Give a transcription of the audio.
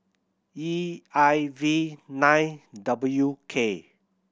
E I V nine W K